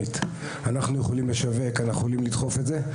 אנחנו יכולים לשווק, אנחנו יכולים לדחוף את זה.